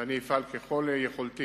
ואני אפעל ככל יכולתי